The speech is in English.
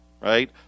Right